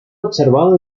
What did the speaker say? observado